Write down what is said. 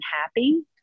happy